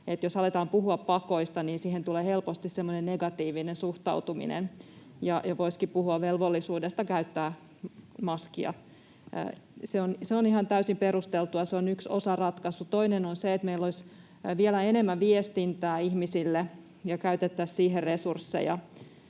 jos aletaan puhua pakoista, niin siihen tulee helposti semmoinen negatiivinen suhtautuminen, ja voisikin puhua velvollisuudesta käyttää maskia. Se on ihan täysin perusteltua, se on yksi osaratkaisu. Toinen on se, että meillä olisi vielä enemmän viestintää ihmisille ja käytettäisiin siihen resursseja: